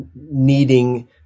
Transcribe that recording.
needing